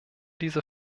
diese